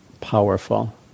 powerful